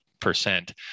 Percent